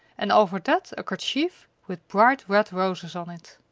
and over that a kerchief with bright red roses on it.